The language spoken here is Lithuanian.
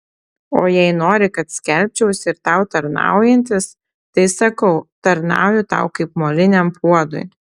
o jei nori kad skelbčiausi ir tau tarnaujantis tai sakau tarnauju tau kaip moliniam puodui